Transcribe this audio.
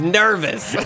nervous